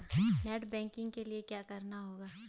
Net banking के लिए क्या करना होगा?